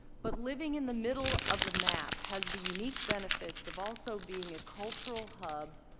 but living in the middle of the map has the unique benefits of also being a cultural hub.